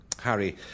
Harry